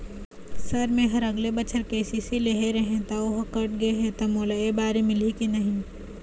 Sir मेहर अगले बछर के.सी.सी लेहे रहें ता ओहर कट गे हे ता मोला एबारी मिलही की नहीं?